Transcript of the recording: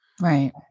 Right